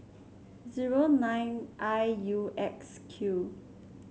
zero nine I U X Q